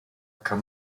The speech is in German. kann